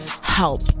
Help